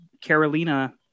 Carolina